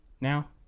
Now